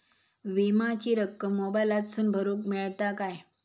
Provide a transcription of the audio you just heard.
विमाची रक्कम मोबाईलातसून भरुक मेळता काय?